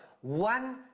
one